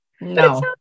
no